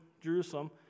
Jerusalem